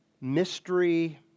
mystery